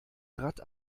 rad